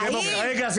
האם --- רגע,